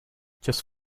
just